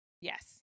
Yes